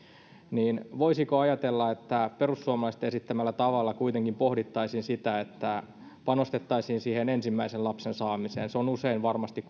niin voisiko ajatella että perussuomalaisten esittämällä tavalla kuitenkin pohdittaisiin sitä että panostettaisiin ensimmäisen lapsen saamiseen siinä on kuitenkin usein varmasti